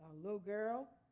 ah little girl,